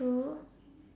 true